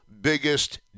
biggest